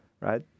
right